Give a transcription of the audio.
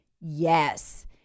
Yes